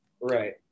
Right